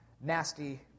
nasty